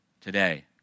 today